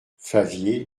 favier